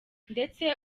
ndetse